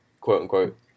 quote-unquote